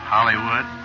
Hollywood